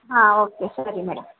ಹಾಂ ಓಕೆ ಸರಿ ಮೇಡಮ್